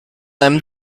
einem